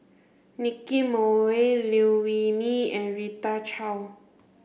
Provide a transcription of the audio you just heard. Nicky Moey Liew Wee Mee and Rita Chao